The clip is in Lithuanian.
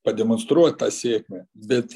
pademonstruot tą sėkmę bet